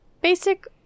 basic